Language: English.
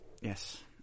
Yes